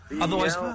Otherwise